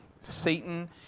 Satan